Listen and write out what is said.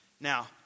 Now